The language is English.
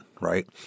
right